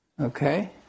Okay